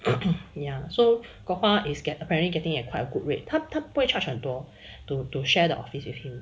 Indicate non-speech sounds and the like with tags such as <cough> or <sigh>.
<coughs> ya so kok hua is get apparently getting at quite a good rate 他他不会 charge 很多 to to share the office with him